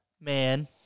man